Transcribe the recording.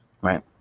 right